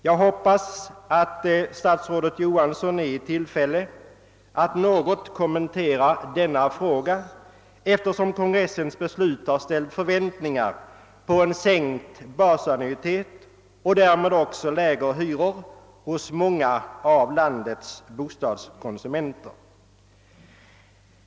Jag hoppas att statsrådet Johansson är i tillfälle att något kommentera denna fråga, eftersom kongressens beslut har väckt förväntningar om en sänkt basannuitet och därmed också lägre hyror hos många av landets bostadskonsumenter.